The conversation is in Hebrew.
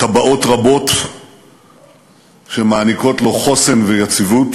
טבעות רבות שמעניקות לו חוסן ויציבות,